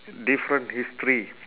different history